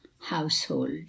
household